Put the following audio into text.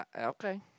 Okay